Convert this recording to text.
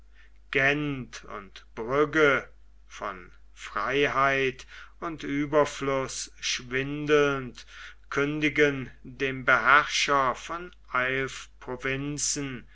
gent und brügge von freiheit und ueberfluß schwindelnd kündigen dem beherrscher von eilf provinzen